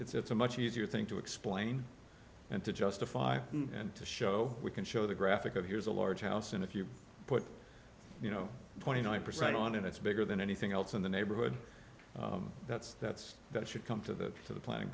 it's it's a much easier thing to explain and to justify and to show we can show the graphic of here's a large house and if you put you know twenty nine percent on it it's bigger than anything else in the neighborhood that's that's that should come to the to the planning